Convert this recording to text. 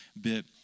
bit